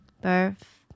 Birth